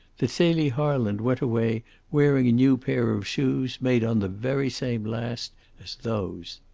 that celie harland went away wearing a new pair of shoes made on the very same last as those.